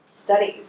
studies